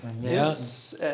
Yes